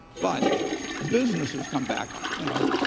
but business has come back. ah you know,